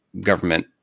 government